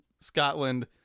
Scotland